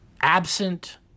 absent